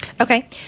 Okay